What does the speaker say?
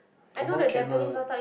confirm can one lah